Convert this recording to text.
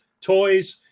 toys